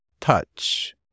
touch